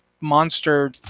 monster